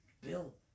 Bill